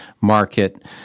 market